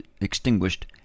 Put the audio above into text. extinguished